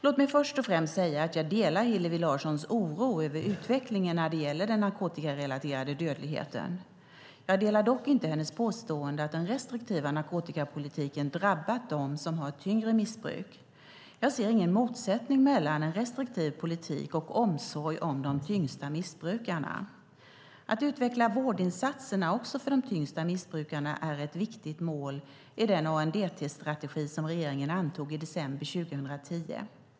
Låt mig först och främst säga att jag delar Hillevi Larssons oro över utvecklingen när det gäller den narkotikarelaterade dödligheten. Jag delar dock inte hennes påstående att den restriktiva narkotikapolitiken drabbat dem som har ett tyngre missbruk. Jag ser ingen motsättning mellan en restriktiv politik och omsorg om de tyngsta missbrukarna. Att utveckla vårdinsatserna också för de tyngsta missbrukarna är ett viktigt mål i den ANDT-strategi som regeringen antog i december 2010.